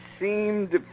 seemed